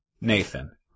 Nathan